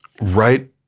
right